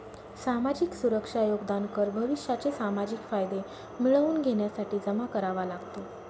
सामाजिक सुरक्षा योगदान कर भविष्याचे सामाजिक फायदे मिळवून घेण्यासाठी जमा करावा लागतो